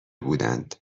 بودند